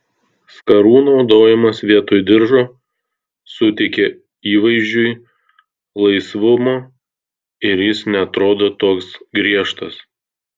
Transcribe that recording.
skarų naudojimas vietoj diržo suteikia įvaizdžiui laisvumo ir jis neatrodo toks griežtas